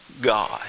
God